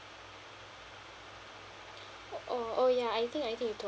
oh oh ya I think I think you told